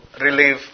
relieve